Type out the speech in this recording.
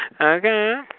Okay